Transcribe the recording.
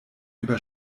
über